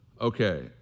okay